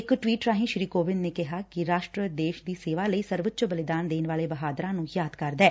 ਇਕ ਟਵੀਟ ਰਾਹੀ ਸ੍ਰੀ ਕੋਵਿੰਦ ਨੇ ਕਿਹੈ ਕਿ ਰਾਸ਼ਟਰ ਦੇਸ਼ ਦੀ ਸੇਵਾ ਲਈ ਸਰਵਉੱਚ ਬਲੀਦਾਨ ਦੇਣ ਵਾਲੇ ਬਹਾਦਰਾਂ ਨੂੰ ਯਾਦ ਕਰਦਾ ਐ